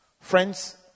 Friends